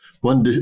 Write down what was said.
one